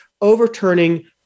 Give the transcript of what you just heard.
overturning